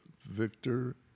Victor